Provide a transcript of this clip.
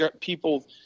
people